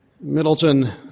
Middleton